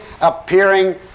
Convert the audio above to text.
appearing